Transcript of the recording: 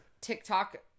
TikTok